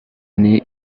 année